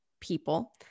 people